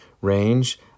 range